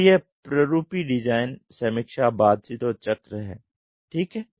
तो यह प्ररूपी डिजाइन समीक्षा बातचीत और चक्र है ठीक है